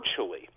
virtually